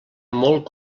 molt